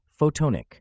Photonic